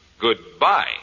goodbye